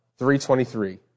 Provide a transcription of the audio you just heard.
3.23